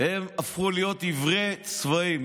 הם הפכו להיות עיוורי צבעים.